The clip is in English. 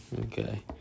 Okay